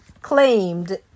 claimed